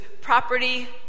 property